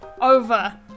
over